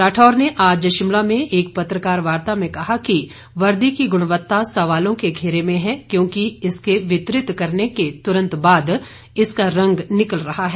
राठौर ने आज शिमला में एक पत्रकार वार्ता में कहा कि वर्दी की गुणवत्ता सवालों के घेरे में है क्योंकि इसके वितरित करने के तुरंत बाद इसका रंग निकल रहा है